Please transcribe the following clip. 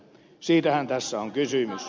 siitähän tässä on kysymys